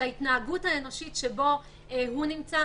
של ההתנהגות האנושית שבה הוא נמצא?